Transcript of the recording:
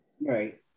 Right